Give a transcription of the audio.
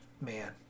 Man